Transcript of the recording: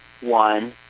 one